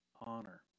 honor